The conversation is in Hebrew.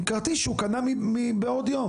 המוצא עם כרטיס שהוא קנה מבעוד מועד.